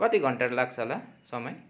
कति घण्टा लाग्छ होला समय